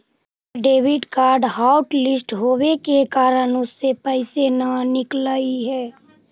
हमर debit card hotlist होवे के कारण उससे पैसे न निकलई हे